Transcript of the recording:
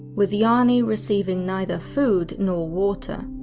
with jani receiving neither food nor water.